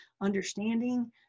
understanding